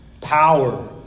Power